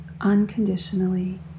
unconditionally